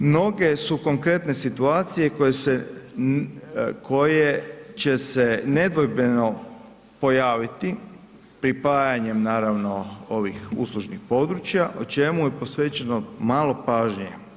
Mnoge su konkretne situacije koje će se nedvojbeno pojaviti pripajanjem naravno ovih uslužnih područja o čemu je posvećeno malo pažnje.